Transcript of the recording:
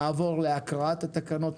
נעבור להקראת התקנות,